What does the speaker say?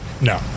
No